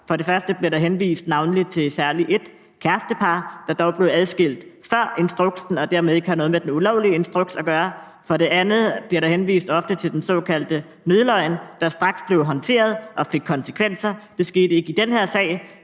For det første bliver der navnlig henvist til et kærestepar, der dog blev adskilt før instruksen og dermed ikke har noget med den ulovlige instruks at gøre; for det andet bliver der ofte henvist til den såkaldte nødløgn, der straks blev håndteret og fik konsekvenser. Det skete ikke i den her sag,